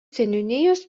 seniūnijos